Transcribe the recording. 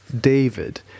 David